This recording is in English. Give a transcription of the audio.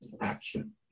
action